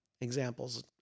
examples